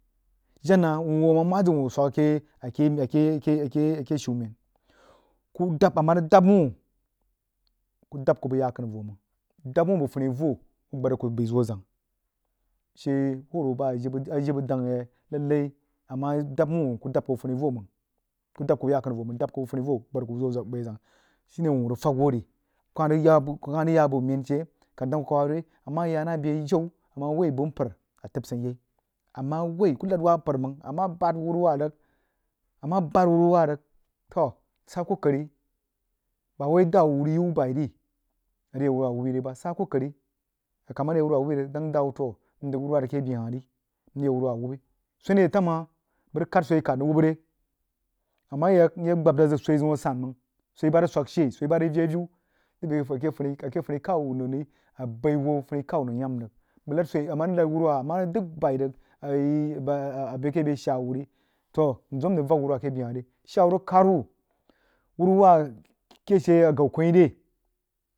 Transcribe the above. Jen hah wuuh wuh a mah malad a keh shumen kuh daab amah rig daab wuh ku daab kuh bəg yakənu voh mang daab wuuh bəg funi voh wuh gbad zəg kuh bəi zoh zang a she voh bubah a jibə dan yi lallai a mah daab wuh wuh kuti daad kuh bəg funi voh mang bəg yakənu voh mang daab kub bəg funikoh wuh gbad zəg bəi zoh zang shine whuh rig fag wuh re kuh kah rig yaa boh men she a dang kwe re a mah yana baa jan ama woi bəg mpər a təb sei u yab amah woi kuh kahd wah mpər mang a mah bah wuruwah rig to sah kokari bawai dawu rig yi wuh bəi rí a rig yɛk wuruwa wubbai re bah akah mah rig yak whuwah wubbai rig a dang kuh ndəng wuruwah rig ming yak retam haha bəg rig kahd woi swoi kahd mrig wubba re a mah yak nyah gbab dad zəg swoi zəun a san mang swoi bah rig swag shei swoi bah rig lhii avuu̍ rig bəi akeh funikhow nəng ri a bəi hoo funikhaw nəng ya hm rig bəg lahd swoi a mah rig lahd ulumwih a mah rig dəg bəi rig yi bəi akeh bəg shaa wuh ri uhiu toh nzəm mrig vak uhmwah a keh jəg hah ri shaa wuh ríg khad wuh uhuruwah keh she agaw kiwoh ri re?